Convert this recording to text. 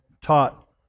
taught